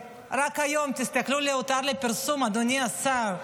רק היום, תסתכלו על הותר פורסם, אדוני השר,